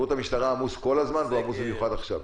כל הזמן, והוא עמוס במיוחד עכשיו.